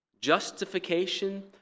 Justification